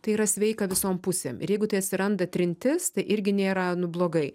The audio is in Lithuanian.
tai yra sveika visom pusėm ir jeigu tai atsiranda trintis tai irgi nėra blogai